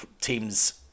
teams